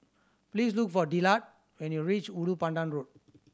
please look for Dillard when you reach Ulu Pandan Road